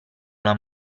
alla